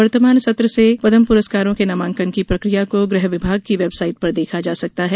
वर्तमान सत्र से पद्म पुरस्कारों के नामांकन की प्रक्रिया को गृह विभाग की वेबसाइट पर देखा जा सकता हैं